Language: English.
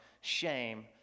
shame